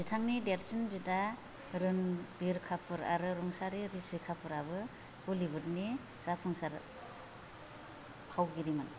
बिथांनि देरसिन बिदा रणविर कापूर आरो रुंसारि ऋषि कापूरआबो बलीवुड नि जाफुंसार फावगिरिमोन